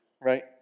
right